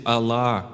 Allah